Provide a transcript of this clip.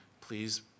please